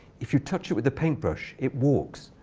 if you touch it with a paintbrush, it walks,